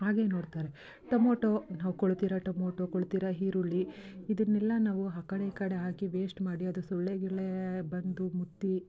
ಹಾಗೆ ನೋಡ್ತಾರೆ ಟೊಮೋಟೊ ನಾವು ಕೊಳ್ತಿರೊ ಟೊಮೋಟೊ ಕೊಳ್ತಿರೊ ಈರುಳ್ಳಿ ಇದನ್ನೆಲ್ಲ ನಾವು ಹಾ ಕಡೆ ಈ ಕಡೆ ಹಾಕಿ ವೇಸ್ಟ್ ಮಾಡಿ ಅದು ಸೊಳ್ಳೆ ಗಿಳ್ಳೆ ಬಂದು ಮುತ್ತಿ